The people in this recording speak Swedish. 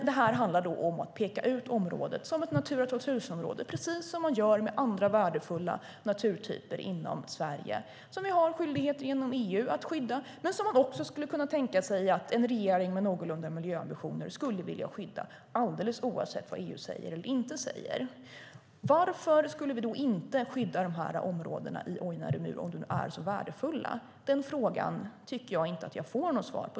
Det handlar då om att peka ut området som ett Natura 2000-område, precis som vi gör med andra värdefulla naturtyper i Sverige som vi genom EU har en skyldighet att skydda men som man också kan tänka sig att en regering med någorlunda miljöambitioner skulle vilja skydda, alldeles oavsett vad EU säger eller inte säger. Varför skulle vi inte skydda dessa områden i Ojnare myr om de nu är så värdefulla? Den frågan tycker jag inte att jag får något svar på.